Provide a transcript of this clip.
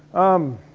um.